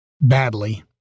badly